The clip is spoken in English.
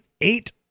eight